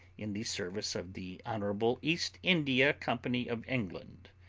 in the service of the honourable east india company of england,